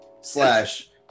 slash